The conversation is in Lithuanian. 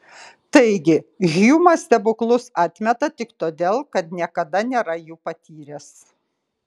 taigi hjumas stebuklus atmeta tik todėl kad niekada nėra jų patyręs